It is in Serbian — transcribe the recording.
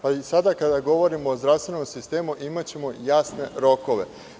Sada kada govorimo o zdravstvenom sistemu, imaćemo jasne rokove.